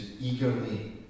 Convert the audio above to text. eagerly